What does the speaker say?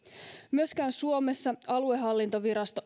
myöskään suomessa aluehallintovirasto